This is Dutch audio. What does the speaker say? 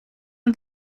een